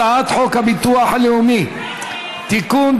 הצעת חוק הביטוח הלאומי (תיקון,